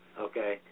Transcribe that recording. okay